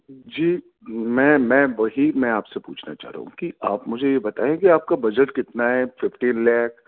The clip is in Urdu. جی میں میں وہی میں آپ سے پوچھنا چاہ رہا ہوں کہ آپ مجھے یہ بتائیں کہ آپ کا بجٹ کتنا ہے ففٹین لاکھ